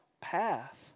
path